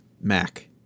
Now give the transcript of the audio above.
Mac